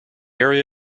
area